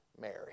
Mary